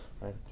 right